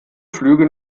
flüge